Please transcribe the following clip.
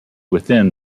within